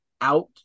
out